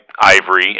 ivory